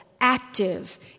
active